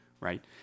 right